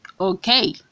okay